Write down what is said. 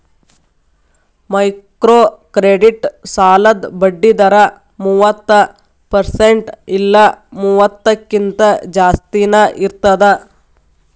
microcredit ಸಾಲದ್ ಬಡ್ಡಿ ದರ ಮೂವತ್ತ ಪರ್ಸೆಂಟ್ ಇಲ್ಲಾ ಮೂವತ್ತಕ್ಕಿಂತ ಜಾಸ್ತಿನಾ ಇರ್ತದ